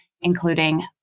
including